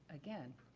again,